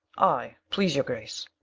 i, please your grace